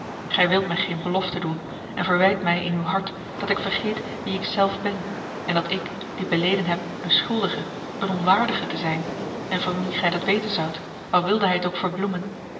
gij wilt mij geene belofte doen en verwijt mij in uw hart dat ik vergeet wie ik zelf ben en dat ik die beleden heb een schuldige een onwaardige te zijn en van wien gij dat weten zoudt al wilde hij het ook verbloemen